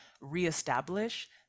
reestablish